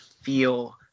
feel